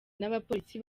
n’abapolisi